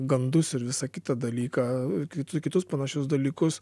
gandus ir visą kitą dalyką kvitų kitus panašius dalykus